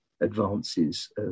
advances